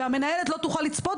והמנהלת לא תוכל לצפות,